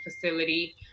facility